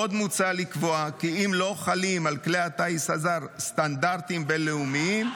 עוד מוצע לקבוע כי אם לא חלים על כלי הטיס הזר סטנדרטים בין-לאומיים,